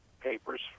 papers